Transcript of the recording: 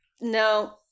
No